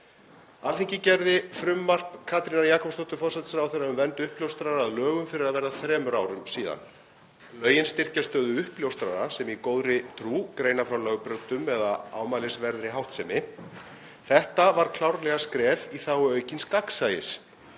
Alþingi gerði frumvarp Katrínar Jakobsdóttur forsætisráðherra um vernd uppljóstrara að lögum fyrir að verða þremur árum síðan. Lögin styrkja stöðu uppljóstrara sem í góðri trú greina frá lögbrotum eða ámælisverðri háttsemi. Þetta var klárlega skref í þágu aukins gagnsæis.